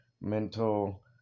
mental